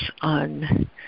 on